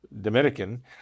Dominican